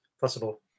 possible